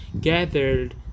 gathered